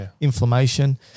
inflammation